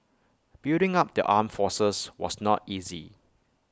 building up the armed forces was not easy